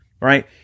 right